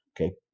Okay